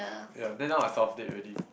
ya then now I solved it already